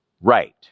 right